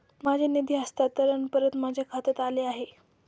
माझे निधी हस्तांतरण परत माझ्या खात्यात आले आहे